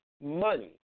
money